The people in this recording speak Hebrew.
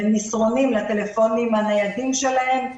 מסרונים לטלפונים הניידים שלהם,